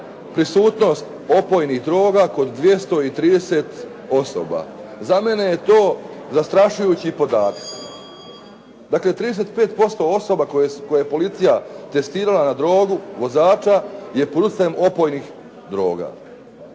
prisutnost opojnih droga kod 230 osoba. Za mene je to zastrašujući podatak. Dakle, 35% osoba koje je policija testirala na drogu vozača je pod utjecajem opojnih droga.